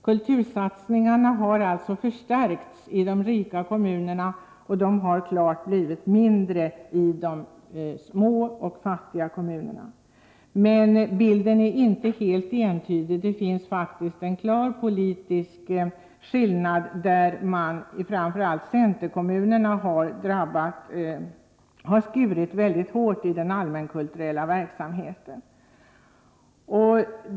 Kultursatsningarna har alltså förstärkts i de rika kommunerna och blivit klart mindre i de små och fattiga kommunerna. Men bilden är inte helt entydig. Det finns faktiskt en klar politisk skillnad: Framför allt i centerkommunerna har man skurit mycket hårt i den allmänna kulturella verksamheten.